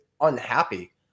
unhappy